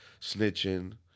snitching